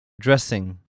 Dressing